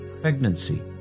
pregnancy